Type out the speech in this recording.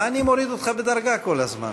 מה אני מוריד אותך בדרגה כל הזמן?